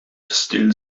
still